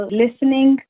listening